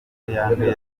yanduye